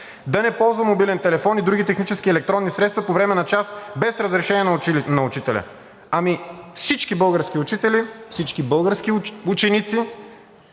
да не ползва мобилен телефон и други технически и електронни средства по време на час без разрешение на учителя.“ Ами, всички български учители, всички български ученици